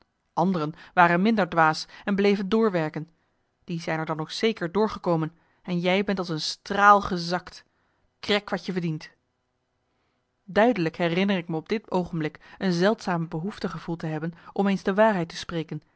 anderen waren minder dwaas en bleven marcellus emants een nagelaten bekentenis doorwerken die zijn er dan ook zeker doorgekomen en jij bent als een straal gezakt krek wat je verdient duidelijk herinner ik me op dit oogenblik een zeldzame behoefte gevoeld te hebben om eens de waarheid te spreken